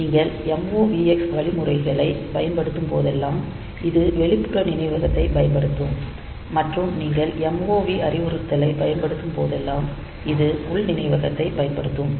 நீங்கள் MOVX வழிமுறைகளைப் பயன்படுத்தும் போதெல்லாம் இது வெளிப்புற நினைவகத்தைப் பயன்படுத்தும் மற்றும் நீங்கள் MOV அறிவுறுத்தலைப் பயன்படுத்தும் போதெல்லாம் இது உள் நினைவகத்தைப் பயன்படுத்தும்